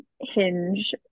hinge